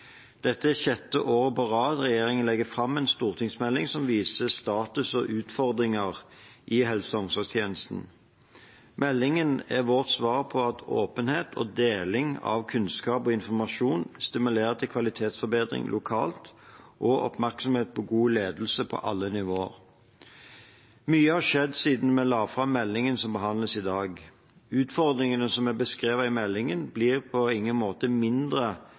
dette, og uttaler at det er både riktig og viktig at kvalitet og pasientsikkerhet settes på dagsordenen årlig. Det er sjette året på rad at regjeringen legger fram en stortingsmelding som viser status og utfordringer i helse- og omsorgstjenesten. Meldingen er vårt svar på at åpenhet og deling av kunnskap og informasjon stimulerer til kvalitetsforbedring lokalt og oppmerksomhet på god ledelse på alle nivåer. Mye har skjedd siden vi la fram meldingen som behandles i dag. Utfordringene som